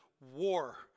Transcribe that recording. War